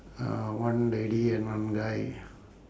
uh one lady and one guy